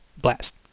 blast